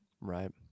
right